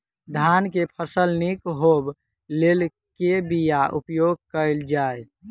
धान केँ फसल निक होब लेल केँ बीया उपयोग कैल जाय?